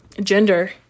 gender